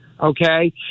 okay